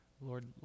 Lord